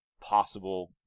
possible